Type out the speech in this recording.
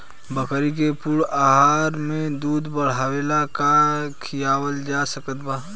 बकरी के पूर्ण आहार में दूध बढ़ावेला का खिआवल जा सकत बा?